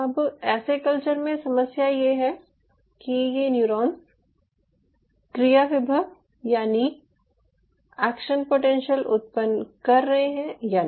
अब ऐसे कल्चर में समस्या ये है कि ये न्यूरॉन्स क्रिया विभव यानि एक्शन पोटेंशियल उत्पन्न कर रहे हैं या नहीं